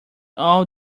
all